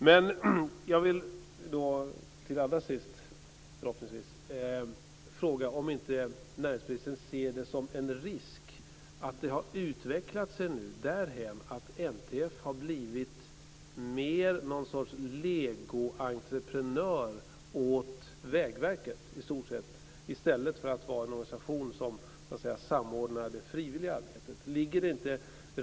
Allra sist vill jag fråga om inte näringsministern ser det som en risk att NTF nu ses mer som en legoentreprenör åt Vägverket i stället för att vara en organisation som samordnar det frivilliga arbetet.